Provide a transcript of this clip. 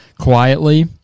quietly